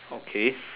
okay